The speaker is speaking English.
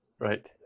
Right